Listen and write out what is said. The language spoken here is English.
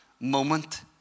moment